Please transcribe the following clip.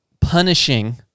punishing